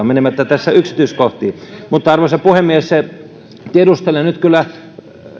menemättä tässä yksityiskohtiin mutta arvoisa puhemies tiedustelen nyt kyllä